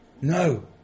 No